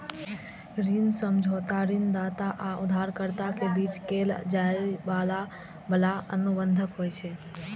ऋण समझौता ऋणदाता आ उधारकर्ता के बीच कैल जाइ बला अनुबंध होइ छै